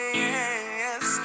yes